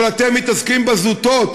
אבל אתם מתעסקים בזוטות,